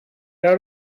out